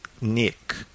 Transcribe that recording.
Nick